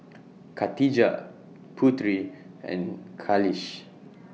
Katijah Putri and Khalish